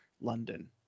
London